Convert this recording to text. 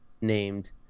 named